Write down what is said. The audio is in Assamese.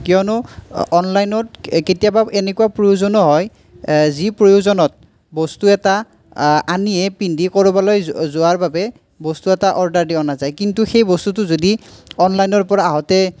কিয়নো অনলাইনত কেতিয়াবা এনেকুৱা প্ৰয়োজনো হয় যি প্ৰয়োজনত বস্তু এটা আনিয়েই পিন্ধি ক'ৰবালৈ যোৱাৰ বাবে বস্তু এটা অৰ্ডাৰ দি অনা যায় কিন্তু সেই বস্তুটো যদি অনলাইনৰ পৰা আহোঁতে